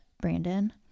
Brandon